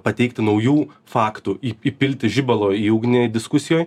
pateikti naujų faktų į įpilti žibalo į ugnį diskusijoj